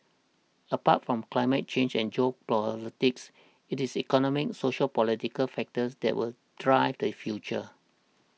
apart from climate change and geopolitics it is economic sociopolitical factors that will drive the future